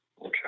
Okay